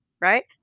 right